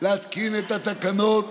להתקין את התקנות